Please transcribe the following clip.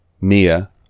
Mia